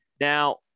Now